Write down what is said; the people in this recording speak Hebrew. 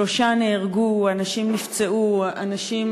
שלושה נהרגו, אנשים נפצעו, אנשים,